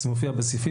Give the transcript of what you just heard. זה מופיע בסעיפים.